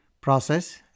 process